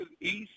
east